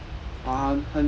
ya